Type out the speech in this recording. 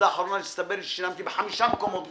בזמן האחרון הסתבר לי ששילמתי ב-5 מקומות ביטוח,